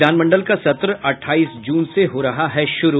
विधानमंडल का सत्र अठाईस जून से हो रहा है शुरू